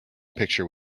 picture